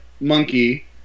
monkey